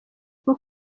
bwo